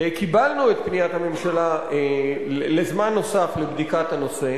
קיבלנו את פניית הממשלה לזמן נוסף לבדיקת הנושא,